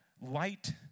light